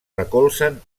recolzen